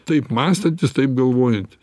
taip mąstantis taip galvojantis